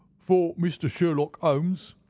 for mr. sherlock holmes,